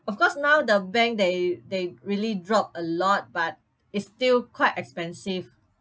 of course now the bank they they really drop a lot but it's still quite expensive